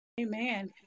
Amen